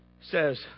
says